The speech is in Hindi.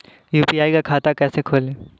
यू.पी.आई का खाता कैसे खोलें?